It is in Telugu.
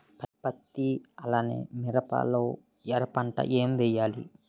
పత్తి అలానే మిరప లో ఎర పంట ఏం వేయాలి?